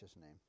name